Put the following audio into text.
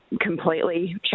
completely